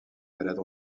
ballades